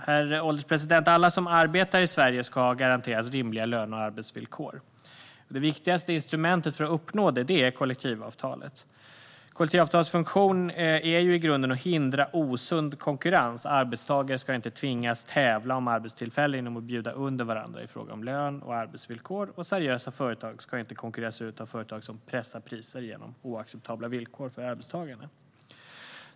Herr ålderspresident! Alla som arbetar i Sverige ska garanteras rimliga löne och arbetsvillkor. Det viktigaste instrumentet för att uppnå detta är kollektivavtalet. Dess funktion är i grunden att hindra osund konkurrens. Arbetstagare ska inte tvingas tävla om arbetstillfällen genom att bjuda under varandra i fråga om lön och arbetsvillkor, och seriösa företag ska inte konkurreras ut av företag som pressar priser genom oacceptabla villkor för arbetstagarna.